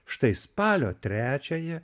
štai spalio trečiąją